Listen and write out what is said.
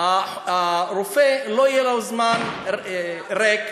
לרופא לא יהיה זמן ריק.